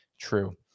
true